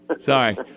Sorry